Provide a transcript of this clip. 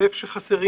ואם חסר,